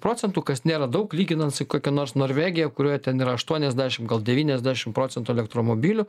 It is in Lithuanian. procentų kas nėra daug lyginant su kokia nors norvegija kurioje ten yra aštuoniasdešim gal devyniasdešim procentų elektromobilių